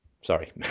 Sorry